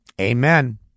Amen